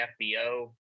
FBO